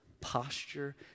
posture